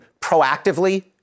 proactively